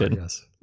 yes